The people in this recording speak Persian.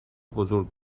بزرگ